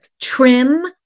trim